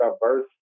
diverse